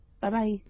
bye-bye